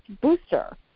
booster